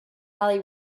ali